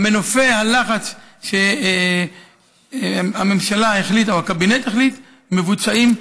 מנופי הלחץ שהממשלה החליטה או הקבינט החליט עליהם מבוצעים,